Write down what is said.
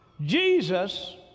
Jesus